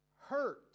hurt